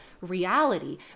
reality